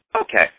Okay